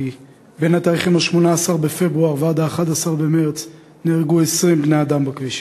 כי בין התאריכים 18 בפברואר ו-11 במרס נהרגו 20 בני אדם בכבישים.